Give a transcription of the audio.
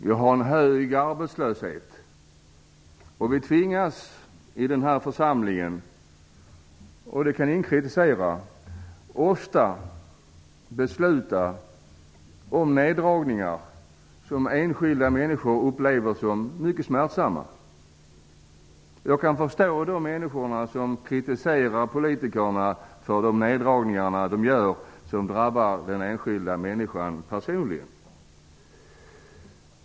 Vi har en hög arbetslöshet, och i den här församlingen tvingas vi ofta -- och det kan ingen kritisera -- besluta om neddragningar som enskilda människor upplever som mycket smärtsamma. Jag kan förstå de människor som kritiserar politikerna för de neddragningar som drabbar den enskilda människan personligen.